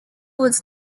was